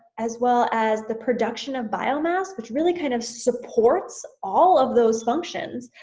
as well as the production of biomass which really kind of supports all of those functions